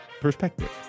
perspective